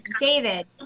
David